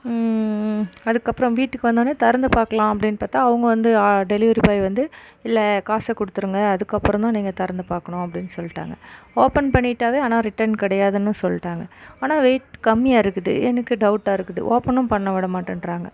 அதுக்கப்புறம் வீட்டுக்கு வந்தோடன்னே திறந்து பார்க்கலாம் அப்படின்னு பார்த்தா அவங்க வந்து ஆ டெலிவரி பாய் வந்து இல்லை காசை கொடுத்துருங்க அதுக்கப்புறந்தான் நீங்கள் திறந்து பார்க்கணும் அப்படின்னு சொல்லிட்டாங்க ஓப்பன் பண்ணிட்டாலே ஆனால் ரிட்டன் கிடையாதுன்னு சொல்லிட்டாங்க ஆனால் வெயிட் கம்மியாருக்குது எனக்கு டவுட்டாக இருக்குது ஓப்பனும் பண்ண விட மாட்டேன்றாங்க